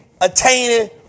Attaining